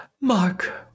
Mark